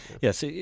Yes